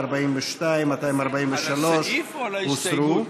243 הוסרו.